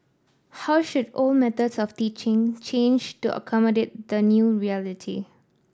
how should old methods of teaching change to accommodate the new reality